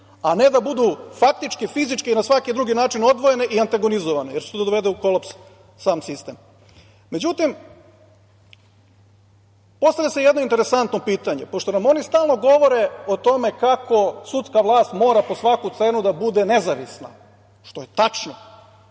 a ne da budu faktički, fizički i na svaki drugi način odvojene i antagonizovane, jer će to da dovede u kolaps sam sistem.Međutim, postavlja se jedno interesantno pitanje, pošto nam oni stalno govore o tome kako sudska vlast mora po svaku cenu da bude nezavisna, što je tačno,